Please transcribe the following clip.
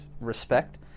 respect